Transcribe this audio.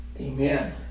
Amen